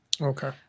Okay